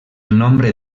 nombre